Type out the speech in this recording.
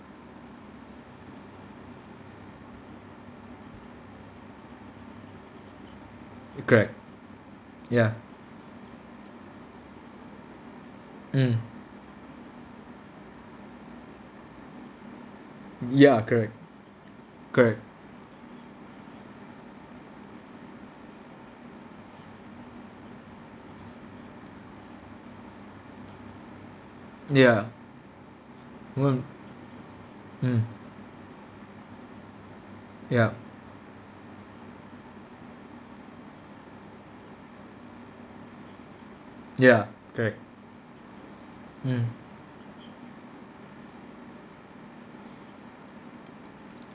correct ya mm ya correct correct ya well mm ya ya correct mm